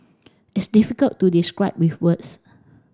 it's difficult to describe with words